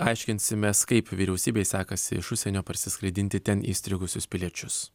aiškinsimės kaip vyriausybei sekasi iš užsienio parsiskraidinti ten įstrigusius piliečius